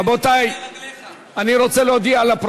אריה דרעי, אני, לרגליך.